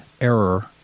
error